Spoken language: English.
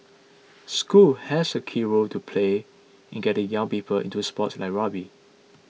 schools have a key role to play in getting young people into sports like rugby